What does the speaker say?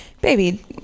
baby